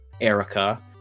Erica